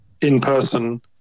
in-person